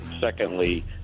Secondly